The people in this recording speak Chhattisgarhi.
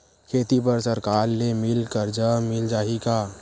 खेती बर सरकार ले मिल कर्जा मिल जाहि का?